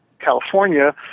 California